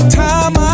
time